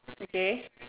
okay